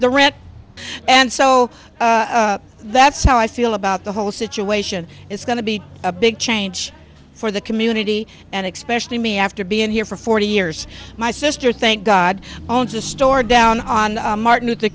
the rent and so that's how i feel about the whole situation it's going to be a big change for the community and expression to me after being here for forty years my sister thank god owns a store down on martin luther